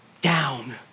down